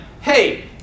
hey